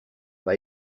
pas